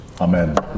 Amen